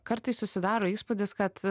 kartais susidaro įspūdis kad